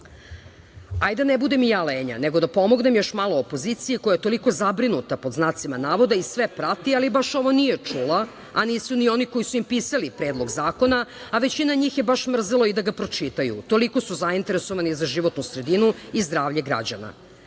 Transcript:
da ne budem i ja lenja, nego da pomognem još malo opoziciji koja je toliko zabrinuta pod znacima navoda i sve prati, ali baš ovo nije čula, a nisu ni oni koji su im pisali predlog zakona, a većinu njih je baš mrzelo i da ga pročitaju toliko su zainteresovani za životnu sredinu i zdravlje građana“.